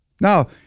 Now